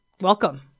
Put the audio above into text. Welcome